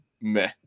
meh